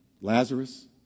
Lazarus